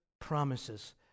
promises